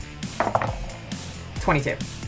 22